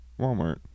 Walmart